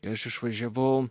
aš išvažiavau